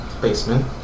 basement